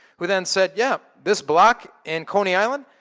who then said, yeah. this block in coney island.